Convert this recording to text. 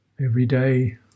everyday